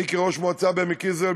כראש מועצה בעמק יזרעאל,